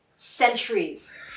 centuries